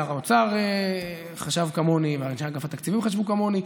שר האוצר חשב כמוני ואנשי אגף התקציבים חשבו כמוני.